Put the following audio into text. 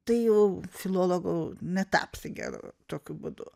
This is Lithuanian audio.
tai jau filologu netapsi geru tokiu būdu